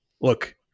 Look